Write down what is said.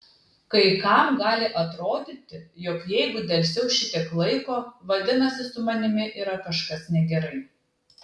kai kam gali atrodyti jog jeigu delsiau šitiek laiko vadinasi su manimi yra kažkas negerai